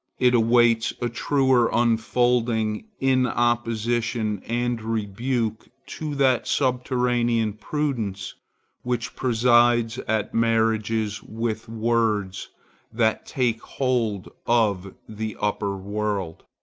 it awaits a truer unfolding in opposition and rebuke to that subterranean prudence which presides at marriages with words that take hold of the upper world,